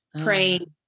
praying